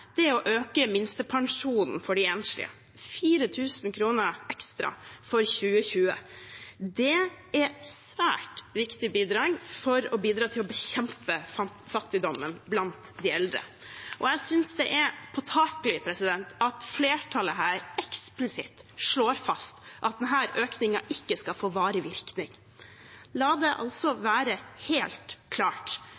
å øke minstepensjonen for de enslige med 4 000 kr ekstra for 2020. Det er et svært viktig bidrag for å bidra til å bekjempe fattigdommen blant de eldre. Jeg synes det er påtakelig at flertallet her eksplisitt slår fast at denne økningen ikke skal få varig virkning. La det